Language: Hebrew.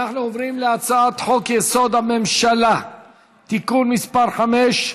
אנחנו עוברים להצעת חוק-יסוד: הממשלה (תיקון מס' 5)